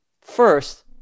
First